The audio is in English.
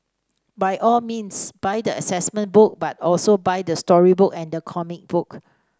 by all means buy the assessment book but also buy the storybook and the comic book